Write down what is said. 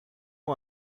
you